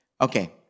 Okay